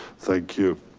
thank you.